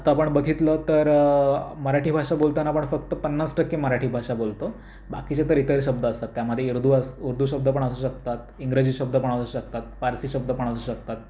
आत्ता आपण बघितलं तर मराठी भाषा बोलताना आपण फक्त पन्नास टक्के मराठी भाषा बोलतो बाकीचे तर इतर शब्द असतात त्यामध्ये ऊर्दू अस् ऊर्दू शब्द पण असू शकतात इंग्रजी शब्द पण असू शकतात पारशी शब्द पण असू शकतात